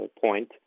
point